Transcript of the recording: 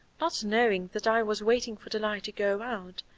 not knowing that i was waiting for the light to go out,